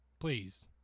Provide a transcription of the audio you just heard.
please